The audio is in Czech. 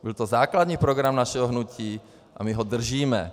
Byl to základní program našeho hnutí a my ho držíme.